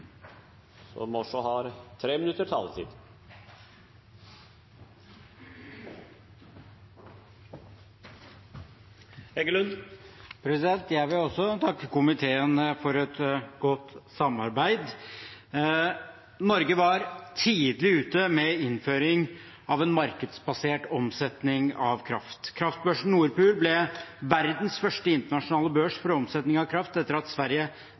Jeg vil også takke komiteen for et godt samarbeid. Norge var tidlig ute med innføring av en markedsbasert omsetning av kraft. Kraftbørsen Nord Pool ble verdens første internasjonale børs for omsetning av kraft etter at Sverige,